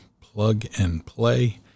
plug-and-play